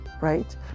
right